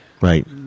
right